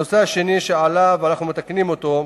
הנושא השני שעלה ואנחנו מתקנים אותו,